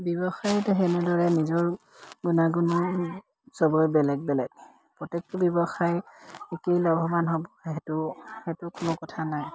ব্যৱসায়ীৰ সেনেদৰে নিজৰ গুণাগুণ চবৰে বেলেগ বেলেগ প্ৰত্যেকটো ব্যৱসায় একেই লাভৱান হ'ব সেইটো সেইটো কোনো কথা নাই